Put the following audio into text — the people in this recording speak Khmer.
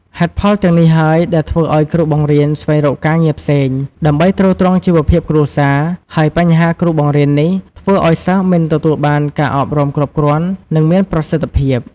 ហេតុផលទាំងនេះហើយ ដែលធ្វើអោយគ្រូបង្រៀនស្វែងរកការងារផ្សេង ដើម្បីទ្រទ្រង់ជីវភាពគ្រួសារ ហើយបញ្ហាគ្រូបង្រៀននេះ ធ្វើឲ្យសិស្សមិនទទួលបានការអប់រំគ្រប់គ្រាន់ និងមានប្រសិទ្ធភាព។